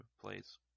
place